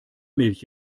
milch